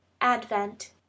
Advent